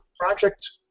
project